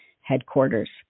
headquarters